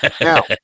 Now